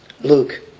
Luke